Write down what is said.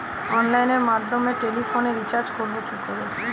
অনলাইনের মাধ্যমে টেলিফোনে রিচার্জ করব কি করে?